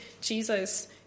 Jesus